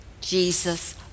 Jesus